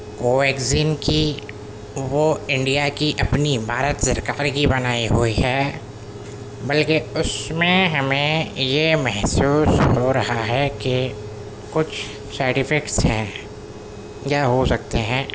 کوویکسین کی وہ انڈیا کی اپنی بھارت سرکار کی بنائی ہوئی ہے بلکہ اس میں ہمیں یہ محسوس ہو رہا ہے کہ کچھ سائیڈ افیکٹس ہیں یا ہو سکتے ہیں